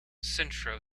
centro